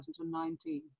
2019